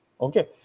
Okay